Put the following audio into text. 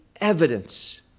evidence